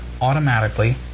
automatically